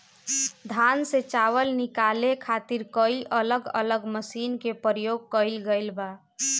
धान से चावल निकाले खातिर कई अलग अलग मशीन के प्रयोग कईल गईल बा